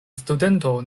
studento